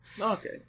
okay